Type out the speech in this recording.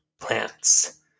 plants